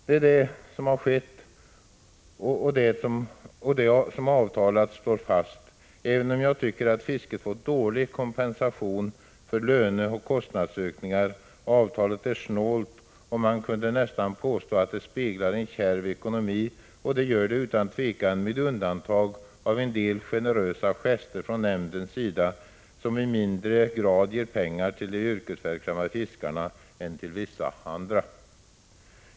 Det är vad som skett, och det som avtalats står fast, även om jag tycker att Prot. 1985/86:140 fisket fått dålig kompensation för löneoch kostnadsökningar. Avtalet är 14 maj 1986 snålt och man kunde nästan påstå att det speglar en kärv ekonomi. Det gör det utan tvekan, med undantag av en del generösa gester från nämndens sida som i mindre grad ger pengar till de yrkesverksamma fiskarna än till vissa andra.